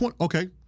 Okay